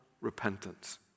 repentance